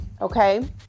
okay